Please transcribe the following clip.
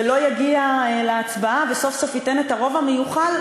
ולא יגיע להצבעה וסוף-סוף ייתן את הרוב המיוחל,